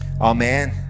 Amen